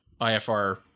IFR